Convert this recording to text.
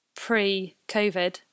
pre-Covid